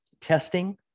testing